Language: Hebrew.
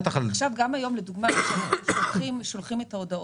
גם היום, לדוגמה, כשאנחנו שולחים הודעות,